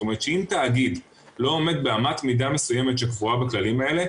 זאת אומרת שאם תאגיד לא עומד באמת מידה מסוימת שקבועה בכללים האלה,